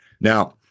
now